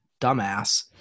dumbass